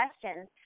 questions